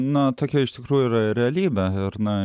na tokia iš tikrųjų yra realybė ir na